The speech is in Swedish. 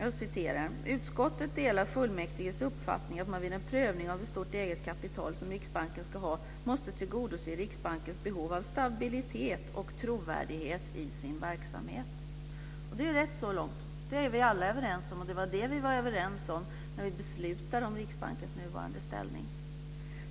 Utskottet skriver: "Utskottet delar fullmäktiges uppfattning att man vid en prövning av hur stort eget kapital som Riksbanken skall ha måste tillgodose Riksbankens behov av stabilitet och trovärdighet i sin verksamhet." Det är rätt så långt. Det är vi alla överens om, och det var det som vi var överens om när vi beslutade om Riksbankens nuvarande ställning.